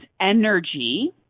energy